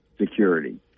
security